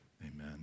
Amen